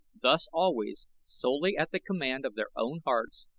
thus always, solely at the command of their own hearts,